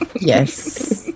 yes